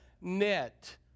net